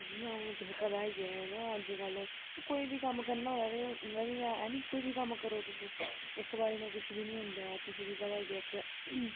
जि'यां हून तोहें ई पता गै न अज्जकल कोई बी कम्म करना होऐ ते मतलब इ'यां ऐनी कोई बी कम्म करो तुस इक बारी नै कुछ बी निं होंदा ऐ बी तुसें पता गै ऐ